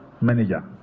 manager